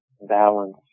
Balance